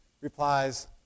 replies